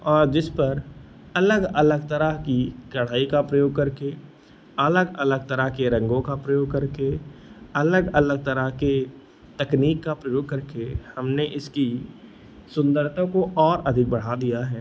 और जिस पर अलग अलग तरह की कढ़ाई का प्रयोग करके अलग अलग तरह के रंगों का प्रयोग करके अलग अलग तरह की तकनीक का प्रयोग करके हमने इसकी सुन्दरता को और अधिक बढ़ा दिया है